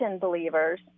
believers